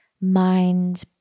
mind